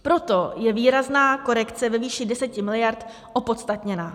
Proto je výrazná korekce ve výši 10 miliard opodstatněná.